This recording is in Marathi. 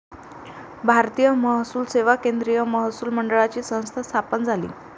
भारतीय महसूल सेवा केंद्रीय महसूल मंडळाची संस्था स्थापन झाली